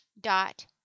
dot